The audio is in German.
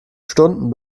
stunden